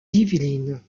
yvelines